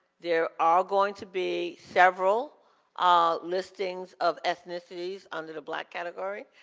there are going to be several ah listings of ethnicities under the black category.